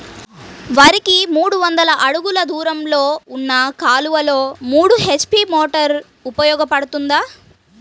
వరికి మూడు వందల అడుగులు దూరంలో ఉన్న కాలువలో మూడు హెచ్.పీ మోటార్ ఉపయోగపడుతుందా?